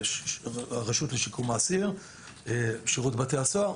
הרשות לשיקום האסיר של שירות בתי הסוהר.